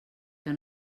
que